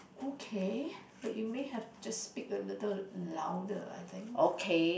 okay but you may have just speak a little louder I think